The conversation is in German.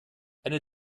eine